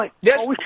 Yes